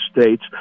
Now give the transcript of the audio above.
States